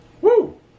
Woo